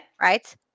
Right